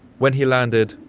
when he landed,